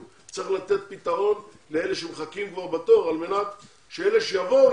אלא לאלה שמחכים כבר בתור כדי שאלה שיבואו,